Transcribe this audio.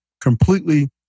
completely